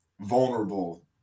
vulnerable